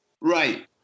Right